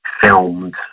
filmed